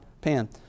pan